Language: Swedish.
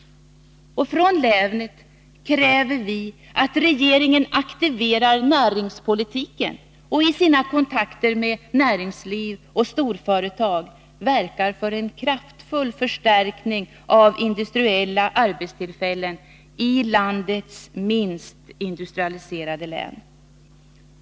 Från länet kräver vi att regeringen aktiverar näringspolitiken och i sina kontakter med näringsliv och storföretag verkar för en kraftfull förstärkning avindustriella arbetstillfällen i landets minst industrialiserade län.